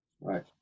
Right